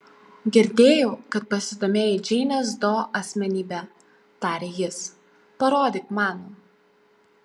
girdėjau kad pasidomėjai džeinės do asmenybe tarė jis parodyk man